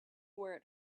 where